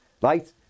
right